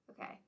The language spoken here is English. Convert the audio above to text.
Okay